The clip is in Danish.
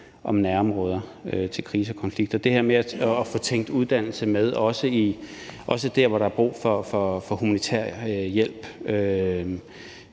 om nærområder til kriser og konflikter. Altså det her med at få tænkt uddannelse med, også der, hvor der er brug for humanitær hjælp,